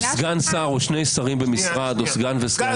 סגן שר או שני שרים במשרד או --- סגן